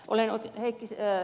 olen ed